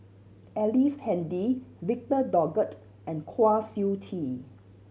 Ellice Handy Victor Doggett and Kwa Siew Tee